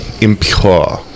impure